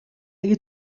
اگه